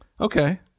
Okay